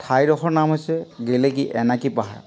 ঠাইডোখৰৰ নাম হৈছে গেলেকি এনাকি পাহাৰ